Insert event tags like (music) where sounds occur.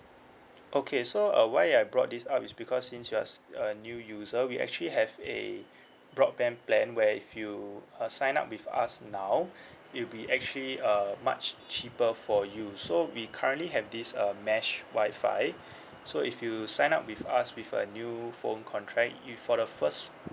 okay so uh why I brought this up is because since you are s~ a new user we actually have a broadband plan where if you uh sign up with us now (breath) it'll be actually uh much cheaper for you so we currently have this uh mesh wifi (breath) so if you sign up with us with a new phone contract you for the first